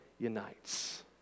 unites